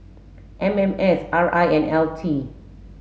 M M S R I and L T